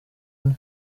umwe